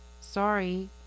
Sorry